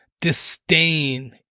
disdain